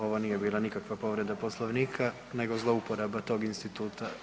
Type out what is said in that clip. Ovo nije bila nikakva povreda Poslovnika nego zlouporaba tog instituta.